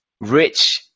Rich